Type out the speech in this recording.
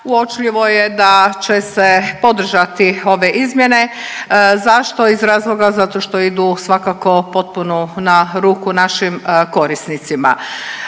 uočljivo je da će se podržati ove izmjene. Zašto? Iz razloga zato što idu svakako potpuno na ruku našim korisnicima.